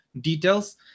details